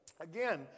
Again